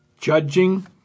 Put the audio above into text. judging